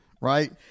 right